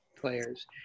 players